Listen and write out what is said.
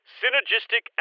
synergistic